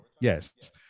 Yes